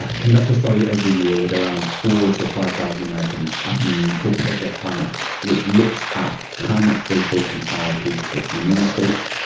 ah conduct a study every year with around four to five thousand americans um called project time off, which looks at how much vacation are people taking within and and the states?